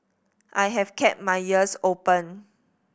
I have kept my ears open